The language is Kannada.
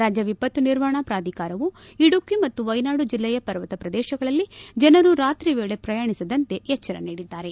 ರಾಜ್ಯ ವಿಪತ್ತು ನಿರ್ವಹಣಾ ಪ್ರಾಧಿಕಾರವು ಇಡುಕಿ ಮತ್ತು ವೈನಾಡು ಜಿಲ್ಲೆಯ ಪರ್ವತ ಪ್ರದೇಶಗಳಲ್ಲಿ ಜನರು ರಾತ್ರಿಯ ವೇಳೆ ಪ್ರಯಾಣಿಸದಂತೆ ಎಚ್ಚರ ನೀಡಿದ್ದಾರೆ